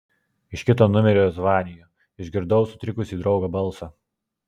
iš kito numerio zvaniju išgirdau sutrikusį draugo balsą